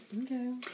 Okay